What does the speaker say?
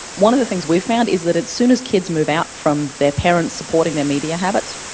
one of the things we found is that as soon as kids move out from their parents' supporting their media habits,